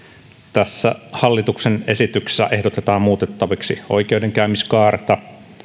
tässä hallituksen esityksessä ehdotetaan muutettaviksi oikeudenkäymiskaarta